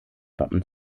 wappen